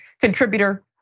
contributor